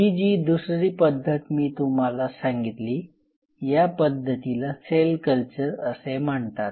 ही जी दुसरी पद्धत मी तुम्हाला सांगितली या पद्धतीला सेल कल्चर असे म्हणतात